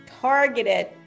targeted